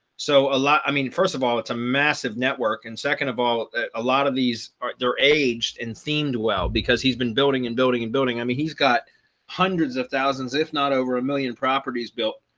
so a lot, i mean, first of all, it's a massive network. and second of all, a lot of these are their aged and themed well, because he's been building and building and building. i mean, he's got hundreds of thousands, if not over a million properties built